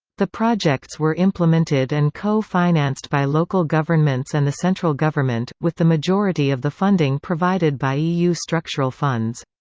the projects were implemented and co-financed by local governments and the central government, with the majority of the funding provided by eu structural funds.